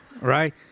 right